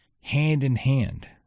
hand-in-hand